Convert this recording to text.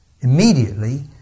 immediately